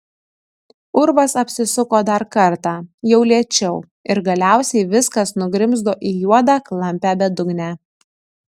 urvas apsisuko dar kartą jau lėčiau ir galiausiai viskas nugrimzdo į juodą klampią bedugnę